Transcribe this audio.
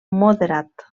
moderat